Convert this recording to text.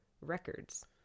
records